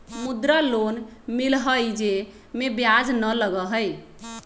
मुद्रा लोन मिलहई जे में ब्याज न लगहई?